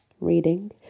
reading